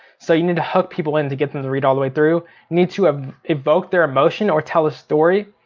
so you need to hook people in to get them to read all the way through. you need to ah evoke their emotion or tell a story.